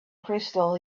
crystal